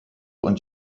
und